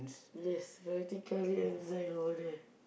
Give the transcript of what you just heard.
yes variety colour and design over there